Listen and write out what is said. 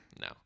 No